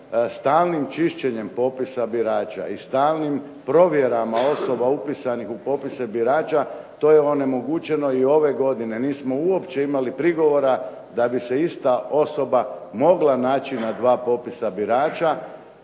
stalnim čišćenjem popisa birača, i stalnim provjerama osoba upisanih u popise birača to je onemogućeno i ove godine. Nismo uopće imali prigovora da bi se ista osoba mogla naći na dva popisa birača